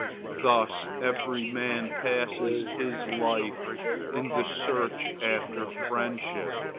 thus every man passes his life in the search after friendship,